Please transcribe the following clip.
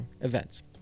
events